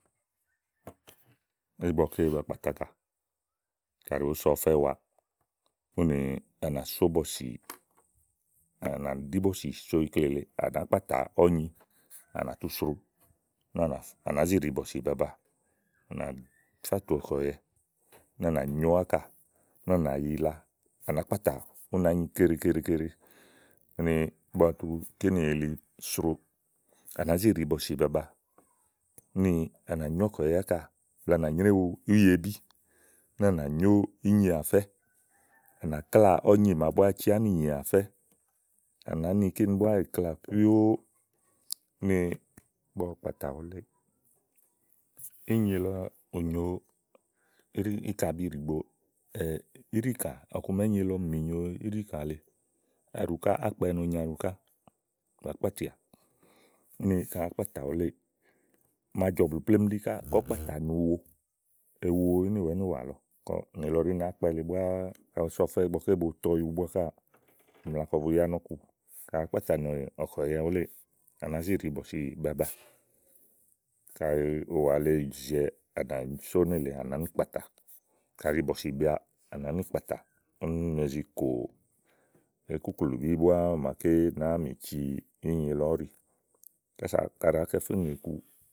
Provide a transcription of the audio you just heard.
ígbɔké ba kpàtà ákà kaɖi òó so ɔfɛ́ wa úni à nà só bɔ̀sì, à nà ɖi bɔ̀sì so ikle lèe à nàá kpatà ɔ̀nyi úni à nà tú sro. úni à nàá ɖìi bɔ̀sì baba à nà fá tùu ɔ̀kùɛ̀yɛ úni à nà nyó ákà, úni à nà yila, à nàá kpatà ú nàá nyi keɖe keɖe keɖe. úni ígbɔ ɔwɔ tu kínì yili sroo tè à nàá zi ɖìi bɔ̀sì baba úni à nà nyó ɔ̀kùɛ̀yɛ ákà úni à nà nyréwu úyebì, úni à nà nyó ínyi àfɛ́, úni à nà kláà ɔ̀nyi màaké nyo ánìnyì àfɛ́, à nàá yi kíni búá yì klaà píó úni ígbɔ ɔwɔ kpàtà wuléè ínyi ù nyo íkabi ɖìigbo ɔkuma ínyí lɔ mìnyo íɖìkà lèe ákpɛ no nyo aɖu káà nàá kpatìà. úni ka àá kpatà wuléè màa jɔ̀ blù plémú ɖí kɔ kpatà nùuwo, ewo ínìwàínìwà lɔ nìlɔ ɖí ní kaɖi èé fe ɔfɛ́ ígbɔké boto ɔyu búá káà tè yá kɔ bu yá nɔ̀ku kaɖi àá kpatà nɔ̀kùɛ̀yɛ wuléè à nàá ziɖìi bɔ̀sì baba kaɖi ùwá le zìiwɛ à nà só nélèe à nàá ni kpàtà, kàɖi bɔ̀sìbea, à nàá ni kpàtà úni úni ne zi kò ékuklùbí búá màa ne ci ínyi lɔ ɔ̀ɖi. kása ka àá kɛ fé ŋè iku.